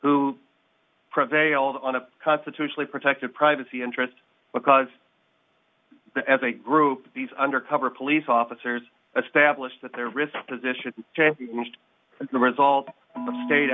who prevailed on a constitutionally protected privacy interest because as a group these undercover police officers stablished that their risk position the result the state